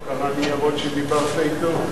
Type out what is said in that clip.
הוא קרא ניירות כשדיברת אתו?